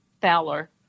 Fowler